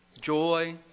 joy